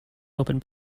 open